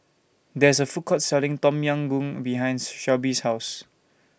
There IS A Food Court Selling Tom Yam Goong behind Shelbi's House